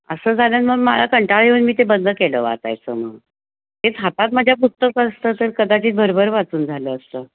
असं झालं न मग मला कंटाळा येऊन मी ते बंदच केलं वाचायचं मग तेच हातात माझ्या पुस्तकं असतं तर कदाचित भरभर वाचून झालं असतं